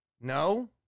No